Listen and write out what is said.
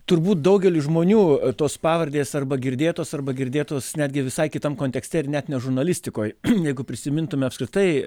turbūt daugeliui žmonių tos pavardės arba girdėtos arba girdėtos netgi visai kitam kontekste ir net ne žurnalistikoj jeigu prisimintume apskritai